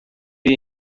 iyi